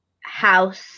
house